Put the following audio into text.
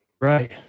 Right